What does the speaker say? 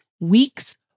weeks